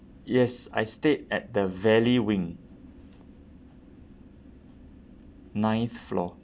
yes I stayed at the valley wing ninth floor